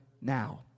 now